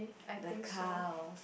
the car or